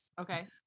Okay